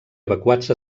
evacuats